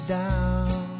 down